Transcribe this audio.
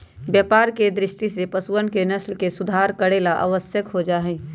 व्यापार के दृष्टि से पशुअन के नस्ल के सुधार करे ला आवश्यक हो जाहई